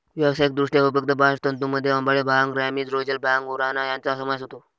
व्यावसायिकदृष्ट्या उपयुक्त बास्ट तंतूंमध्ये अंबाडी, भांग, रॅमी, रोझेल, भांग, उराणा यांचा समावेश होतो